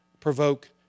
provoke